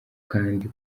kandi